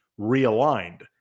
realigned